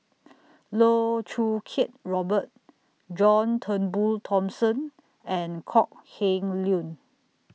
Loh Choo Kiat Robert John Turnbull Thomson and Kok Heng Leun